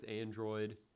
Android